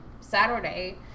Saturday